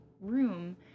room